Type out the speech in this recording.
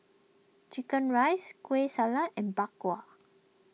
Chicken Rice Kueh Salat and Bak Kwa